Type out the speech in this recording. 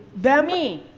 them? me.